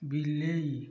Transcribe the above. ବିଲେଇ